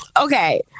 Okay